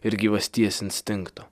ir gyvasties instinkto